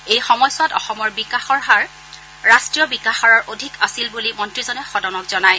এই সময়ছোৱাত অসমৰ বিকাশ হাৰ ৰাষ্টীয় বিকাশ হাৰৰ অধিক আছিল বুলি মন্ত্ৰীজনে সদনক জনায়